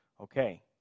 Okay